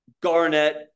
Garnett